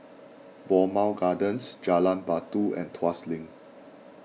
Bowmont Gardens Jalan Batu and Tuas Link